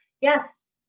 yes